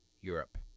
Europe